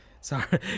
Sorry